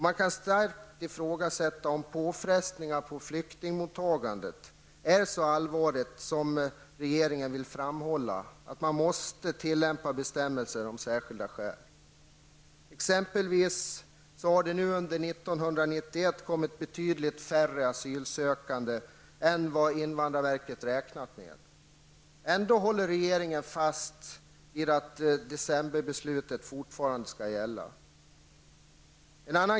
Man kan starkt ifrågasätta om påfrestningarna på flyktingmottagandet var så allvarliga som regeringen ville framhålla, att man måste tillämpa bestämmelserna om särskilda skäl. Under 1991 har det kommit betydligt färre asylsökande än vad invandrarverket hade räknat med, ändock håller regeringen fast vid att decemberbeslutet fortfarande skall gälla.